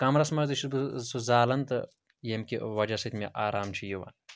کَمرَس منٛزٕے چھُس بہٕ سُہ زالان تہٕ ییٚمہِ کہِ وجہ سۭتۍ مےٚ آرام چھُ یِوان